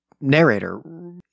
narrator